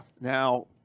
Now